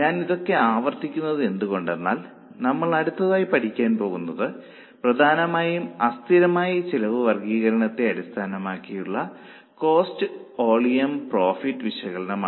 ഞാൻ ഇതൊക്കെ ആവർത്തിക്കുന്നത് എന്തുകൊണ്ടെന്നാൽ നമ്മൾ അടുത്തതായി പഠിക്കാൻ പോകുന്നത് പ്രധാനമായും അസ്ഥിരമായ ചെലവ് വർഗീകരണത്തെ അടിസ്ഥാനമാക്കിയുള്ള കോസ്റ്റ് വോളിയം പ്രോഫിറ്റ് വിശകലനമാണ്